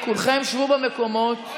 כולכם שבו במקומות,